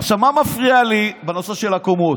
עכשיו, מה מפריע לי בנושא של הקומות?